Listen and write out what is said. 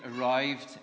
arrived